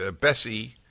Bessie